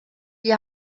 die